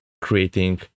creating